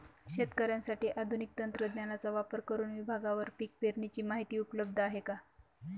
शेतकऱ्यांसाठी आधुनिक तंत्रज्ञानाचा वापर करुन विभागवार पीक पेरणीची माहिती उपलब्ध आहे का?